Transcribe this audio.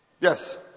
Yes